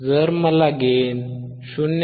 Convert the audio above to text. जर मला गेन 0